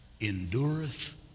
endureth